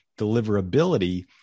Deliverability